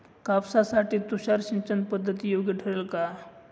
कापसासाठी तुषार सिंचनपद्धती योग्य ठरेल का?